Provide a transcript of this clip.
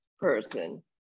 person